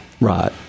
Right